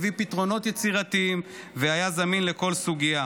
הביא פתרונות יצירתיים והיה זמין לכל סוגיה,